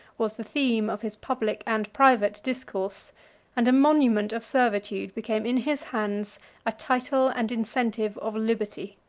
was the theme of his public and private discourse and a monument of servitude became in his hands a title and incentive of liberty.